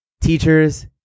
teachers